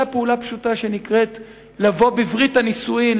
פעולה פשוטה שנקראת לבוא בברית הנישואים,